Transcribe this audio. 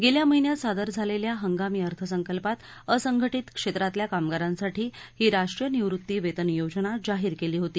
गेल्या महिन्यात सादर झालेल्या हंगामी अर्थसंकल्पात असंघटित क्षेत्रातल्या कामगारांसाठी ही राष्ट्रीय निवृत्ती वेतन योजना जाहीर केली होती